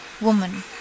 Woman